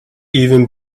even